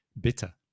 bitter